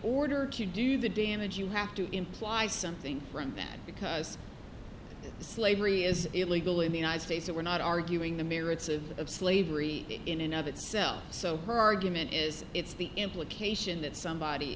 order to do the damage you have to imply something from that because slavery is illegal in the united states that we're not arguing the merits of slavery in another itself so her argument is it's the implication that somebody